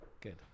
good